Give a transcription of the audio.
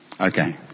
Okay